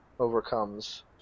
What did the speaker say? Overcomes